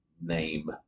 name